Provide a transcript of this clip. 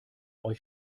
euch